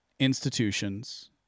institutions